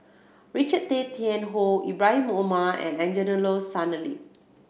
Richard Tay Tian Hoe Ibrahim Omar and Angelo Sanelli